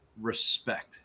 respect